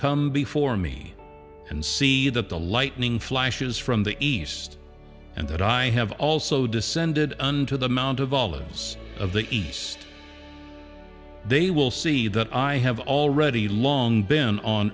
come before me and see that the lightning flashes from the east and that i have also descended on to the mount of olives of the east they will see that i have already long been on